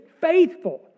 faithful